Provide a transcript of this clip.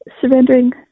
surrendering